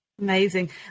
Amazing